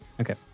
Okay